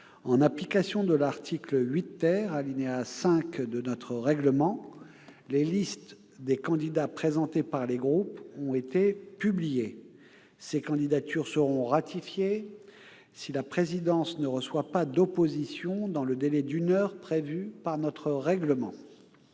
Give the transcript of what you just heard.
En application de l'article 8, alinéa 5, de notre règlement, les listes des candidats présentés par les groupes ont été publiées. Ces candidatures seront ratifiées si la présidence ne reçoit pas d'opposition dans le délai d'une heure prévu par notre règlement.